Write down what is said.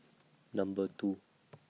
Number two